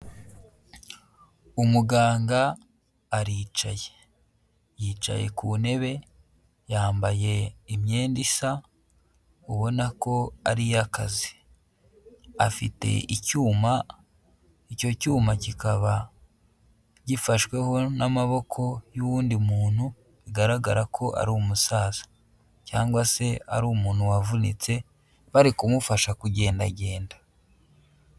Umuganga aricaye, yicaye ku ntebe, yambaye imyenda isa, ubona ko ari iy'akazi, afite icyuma icyo cyuma kikaba gifashweho n'amaboko y'uwundi muntu, bigaragara ko ari umusaza, cyangwa se ari umuntu wavunitse bari kumufasha kugendagenda.